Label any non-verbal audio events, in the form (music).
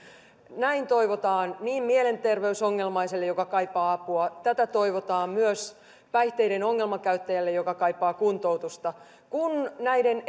tätä toivotaan mielenterveysongelmaiselle joka kaipaa apua tätä toivotaan myös päihteiden ongelmakäyttäjälle joka kaipaa kuntoutusta näiden (unintelligible)